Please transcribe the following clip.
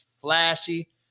flashy